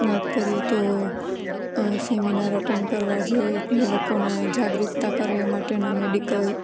વાત કરીએ તો સેમિનાર અટેન્ડ કરવા જોઈએ એ લોકોને જાગૃતતા કરે એ માટેના મેડિકલ